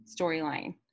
storyline